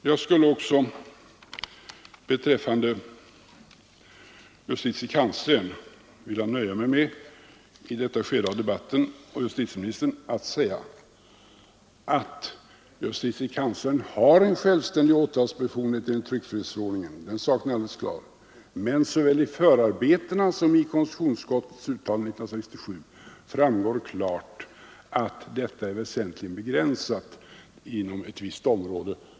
Jag skulle beträffande justitiekanslern och justitieministern i detta skede av debatten vilja nöja mig med att säga att justitiekanslern enligt tryckfrihetsförordningen har en självständig åtalsbefogenhet — den saken är alldeles klar. Men såväl av förarbetena som av konstitutionsutskottets uttalande 1967 framgår klart att den väsentligen är begränsad till ett visst område.